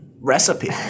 recipe